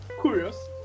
curious